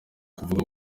kuvuga